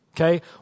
okay